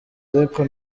ariko